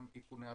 גם איכוני השב"כ.